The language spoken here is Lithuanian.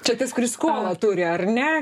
čia tas kuris skolą turi ar ne